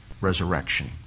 resurrection